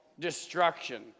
destruction